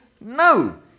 No